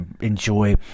enjoy